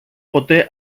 ποτέ